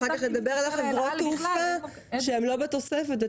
אחר כך נדבר על חברות התעופה שהן לא בתוספת.